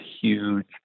huge